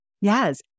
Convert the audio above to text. Yes